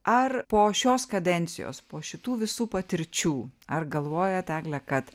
ar po šios kadencijos po šitų visų patirčių ar galvojat egle kad